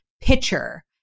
pitcher